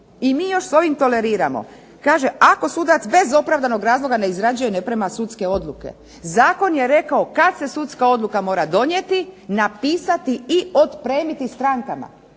I mi još s ovim toleriramo. Kaže, ako sudac bez opravdanog razloga ne izrađuje, ne otprema sudske odluke zakon je rekao kad se sudska odluka mora donijeti, napisati i otpremiti strankama.